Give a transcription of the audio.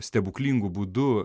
stebuklingu būdu